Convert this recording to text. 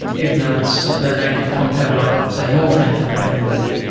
even though it's an active compound like, say, morphine for pain relief.